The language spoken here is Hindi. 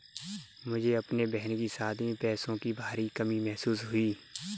मुझे अपने बहन की शादी में पैसों की भारी कमी महसूस हुई